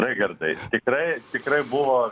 raigardai tikrai tikrai buvo